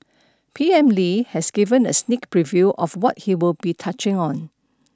P M Lee has given a sneak preview of what he will be touching on